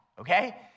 okay